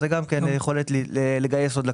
גם זאת יכולת לגייס עוד לקוחות.